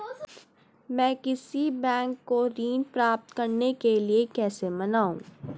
मैं किसी बैंक को ऋण प्राप्त करने के लिए कैसे मनाऊं?